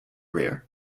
rear